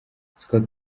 scott